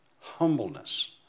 Humbleness